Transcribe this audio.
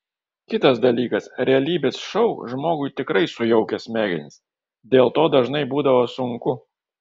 kitas dalykas realybės šou žmogui tikrai sujaukia smegenis dėl to dažnai būdavo sunku